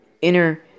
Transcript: inner